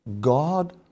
God